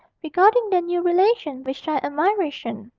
regarding their new relation with shy admiration,